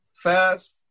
fast